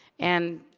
and,